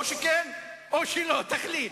או שכן או שלא, תחליט.